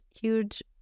huge